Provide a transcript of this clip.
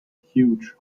huge